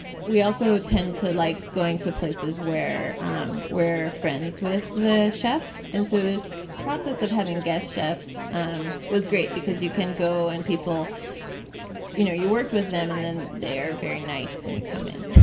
we also tend to like going to places where um we're friends with the chef and so this process of having guest chefs was great because you can go and people you know you worked with them and then they are very nice when you come in.